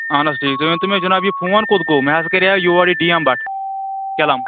اَہَن حظ ٹھیٖک تُہۍ ؤنۍ تَو مےٚ جِناب یہِ فون کوٚت گوٚو مےٚ حظ کَریو یور یہِ ڈی ایم بٹ کیلم